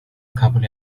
kabul